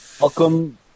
Welcome